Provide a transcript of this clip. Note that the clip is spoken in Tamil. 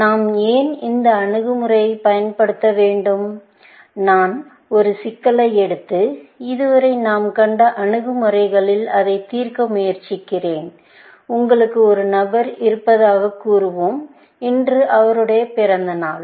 நாம் ஏன் இந்த அணுகுமுறையைப் பயன்படுத்த வேண்டும் நான் ஒரு சிக்கலை எடுத்து இதுவரை நாம் கண்ட அணுகுமுறைகளில் அதைத் தீர்க்க முயற்சிக்கிறேன் உங்களுக்கு ஒரு நண்பர் இருப்பதாகக் கூறுவோம் இன்று அவருடைய பிறந்த நாள்